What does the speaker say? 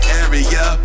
area